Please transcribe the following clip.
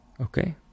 Okay